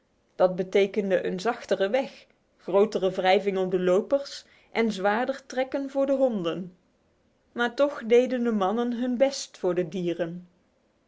dat betekende een zachtere weg grotere wrijving op de lopers en zwaarder trekken voor de honden maar toch deden de mannen hun best voor de dieren